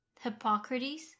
Hippocrates